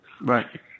Right